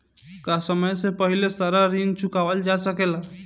का समय से पहले सारा ऋण चुकावल जा सकेला?